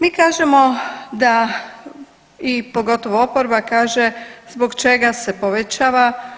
Mi kažemo da i pogotovo oporba kaže zbog čega se povećava.